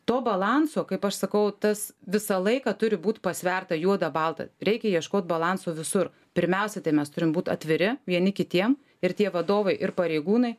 to balanso kaip aš sakau tas visą laiką turi būt pasverta juoda balta reikia ieškot balanso visur pirmiausia tai mes turim būt atviri vieni kitiem ir tie vadovai ir pareigūnai